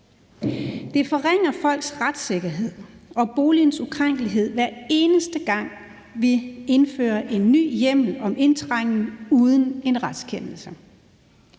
Det forringer folks retssikkerhed og boligens ukrænkelighed, hver eneste gang vi indfører en ny hjemmel til indtrængen uden en retskendelse.